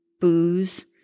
booze